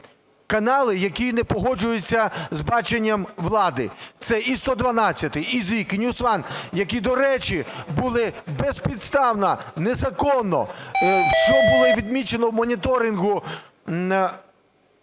канали, які не погоджуються з баченням влади, це і 112, і ZIK, і News One. Які, до речі, були безпідставно, незаконно, що було відмічено в моніторингу